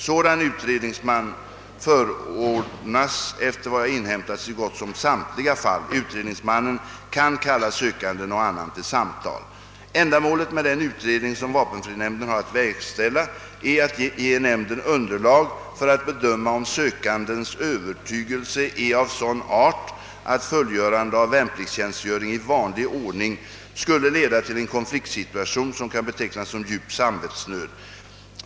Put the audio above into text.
Sådan utredningsman förordnas, efter vad jag inhämtat, i så gott som samtliga fall. Utredningsmannen kan kalla sökanden och annan till samtal. Ändamålet med den utrednig som vapefrinämnden har att verkställa är att ge nämnden underlag för att bedöma om sökandens övertygelse är av sådan art att fullgörande av värnpliktstjänstgöring i vanlig ordning skulle leda till en konfliktsituation som kan betecknas som djup samwvetsnöd.